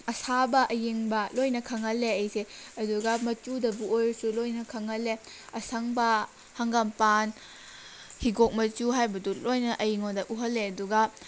ꯑꯁꯥꯕ ꯑꯏꯪꯕ ꯂꯣꯏꯅ ꯈꯪꯍꯜꯂꯦ ꯑꯩꯁꯦ ꯑꯗꯨꯒ ꯃꯆꯨꯗꯕꯨ ꯑꯣꯏꯔꯁꯨ ꯂꯣꯏꯅ ꯈꯪꯍꯜꯂꯦ ꯑꯁꯪꯕ ꯍꯪꯒꯥꯝꯄꯥꯟ ꯍꯤꯒꯣꯛ ꯃꯆꯨ ꯍꯥꯏꯕꯗꯨ ꯂꯣꯏꯅ ꯑꯩꯉꯣꯟꯗ ꯎꯍꯜꯂꯦ ꯑꯗꯨꯒ